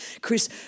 Chris